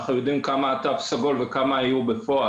אנחנו יודעים כמה התו הסגול וכמה היו בפועל,